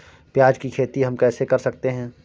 प्याज की खेती हम कैसे कर सकते हैं?